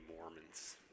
Mormons